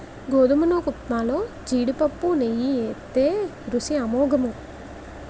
గోధుమ నూకఉప్మాలో జీడిపప్పు నెయ్యి ఏత్తే రుసి అమోఘము